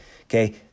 okay